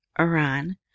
Iran